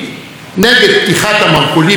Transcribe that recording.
ויש רבים כאלה,